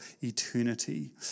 eternity